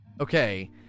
Okay